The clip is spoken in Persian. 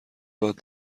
داد